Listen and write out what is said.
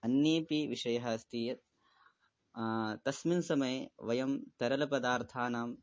अन्यः अपि विषयः अस्ति यत् तस्मिन् समये वयं तरलपदार्थानाम्